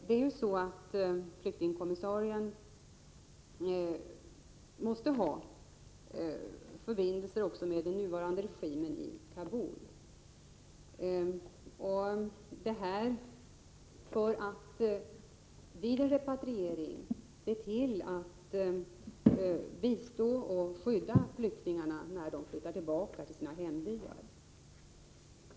Det är ju så att flyktingkommissarien måste ha förbindelser också med den nuvarande regimen i Kabul, detta för att vid en repatriering kunna bistå och skydda flyktingarna när de flyttar tillbaka till sina hembyar.